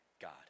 God